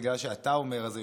בגלל שאתה אומר את זה,